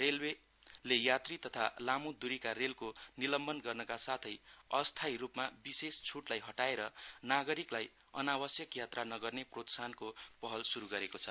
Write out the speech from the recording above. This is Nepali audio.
रेलवेले यात्री तथा लामो द्रीका रेलको निलम्बन गर्नका साथै अस्थायी रूपमा विशेष छ्टलाई हटाएर नागरिकलाई अनावश्यक यात्रा नगर्ने प्रोत्साहनको पहल श्रु गरेको छ